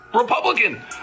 Republican